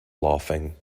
laughing